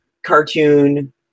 Cartoon